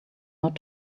not